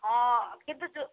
ହଁ କିନ୍ତୁ ଯେଉଁ